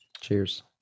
Cheers